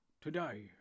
today